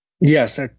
Yes